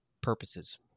purposes